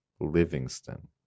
Livingston